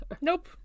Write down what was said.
Nope